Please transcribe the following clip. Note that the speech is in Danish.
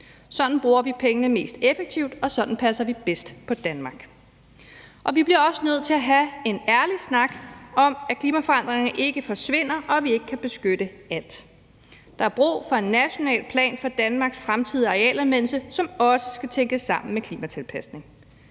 Sådan bruger vi pengene mest effektivt, og sådan passer vi bedst på Danmark. Vi bliver også nødt til at have en ærlig snak om, at klimaforandringerne ikke forsvinder, og at vi ikke kan beskytte alt. Der er brug for en national plan for Danmarks fremtidige arealanvendelse, som også skal tænkes sammen med klimatilpasning.